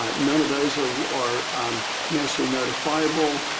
ah none of those are are nationally notifiable.